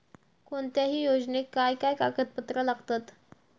कोणत्याही योजनेक काय काय कागदपत्र लागतत?